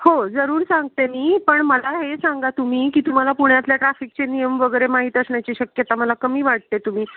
हो जरूर सांगते मी पण मला हे सांगा तुम्ही की तुम्हाला पुण्यातल्या ट्राफिकचे नियम वगैरे माहीत असण्याची शक्यता मला कमी वाटते तुम्ही